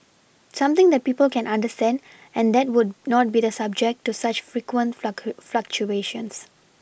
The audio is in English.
something that people can understand and that would not be the subject to such frequent fluctuations